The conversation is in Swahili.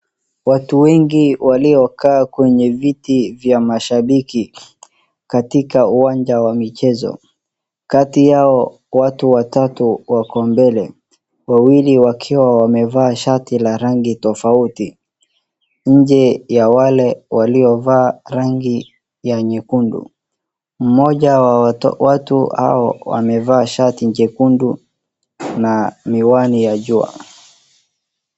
Watu wengi waliokaa kwenye viti vya mashabiki, katika uwanja wa michezo. Kati yao watu watatu wako mbele, wawili wakiwa wamevaa shati la rangi tofauti tofauti, Nje ya wale waliovaa rangi ya nyekundu. Mmoja wa watu hao wamevaa shati jekundu na miwani ya jua.